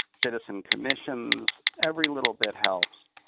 citizen commissions. every little bit helps.